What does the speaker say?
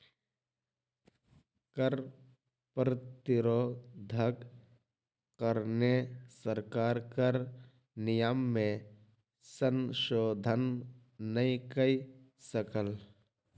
कर प्रतिरोधक कारणेँ सरकार कर नियम में संशोधन नै कय सकल